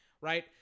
right